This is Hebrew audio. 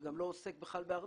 שגם לא עוסק בכלל בארנונה,